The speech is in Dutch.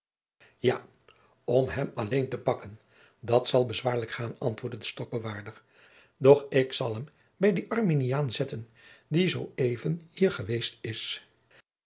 ja om hem alleen te plakken dat zal bezwaarlijk gaan antwoordde de stokbewaarder doch ik zal hem bij dien arminiaan zetten die zoo even hier geweest is